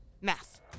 Math